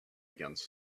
against